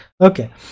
Okay